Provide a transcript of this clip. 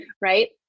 Right